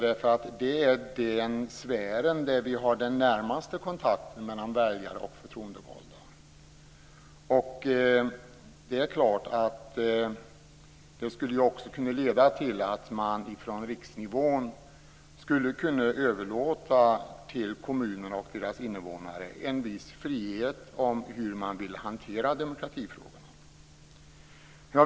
Kommunerna är ju den sfär där den närmaste kontakten mellan väljare och förtroendevalda finns. Självklart skulle man på riksnivån kunna överlåta en viss frihet till kommunerna och deras invånare när det gäller hanteringen av demokratifrågorna.